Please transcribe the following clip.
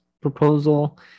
proposal